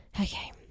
Okay